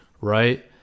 right